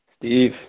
Steve